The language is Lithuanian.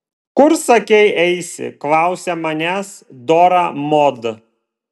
kur sakei eisi klausia manęs dora mod